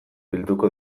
bilduko